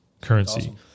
currency